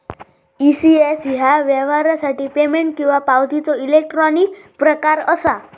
ECS ह्या व्यवहारासाठी payment किंवा पावतीचो इलेक्ट्रॉनिक प्रकार असा